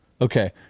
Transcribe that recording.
Okay